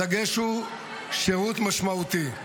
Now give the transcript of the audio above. הדגש הוא שירות משמעותי.